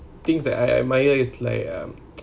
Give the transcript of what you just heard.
things that I admire is like um